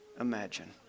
imagine